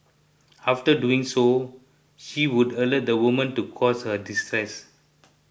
after doing so she would alert the woman to cause her distress